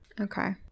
Okay